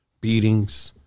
beatings